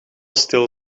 stil